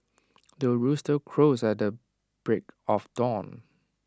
the rooster crows at the break of dawn